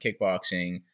kickboxing